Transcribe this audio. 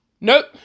Nope